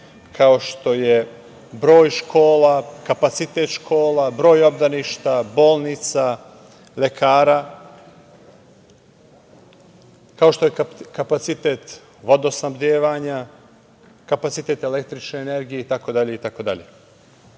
kao što je broj škola, kapacitet škola, broj obdaništa, bolnica, lekara, kao što je kapacitet vodosnabdevanja, kapacitet električne energije